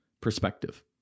perspective